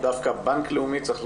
בנק לאומי קיבל